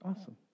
Awesome